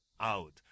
out